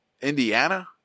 indiana